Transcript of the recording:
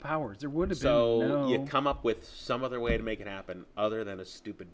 powers there would have come up with some other way to make it happen other than a stupid